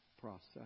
process